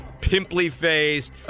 pimply-faced